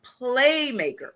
Playmaker